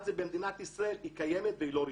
זאת במדינת ישראל היא קיימת והיא לא רשמית.